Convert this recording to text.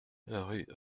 rue